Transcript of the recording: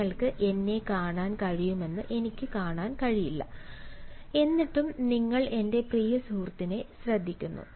നിങ്ങൾക്ക് എന്നെ കാണാൻ കഴിയുമെന്ന് എനിക്ക് കാണാൻ കഴിയില്ല എന്നിട്ടും നിങ്ങൾ എന്റെ പ്രിയ സുഹൃത്തിനെ ശ്രദ്ധിക്കുന്നു